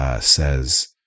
says